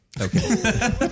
Okay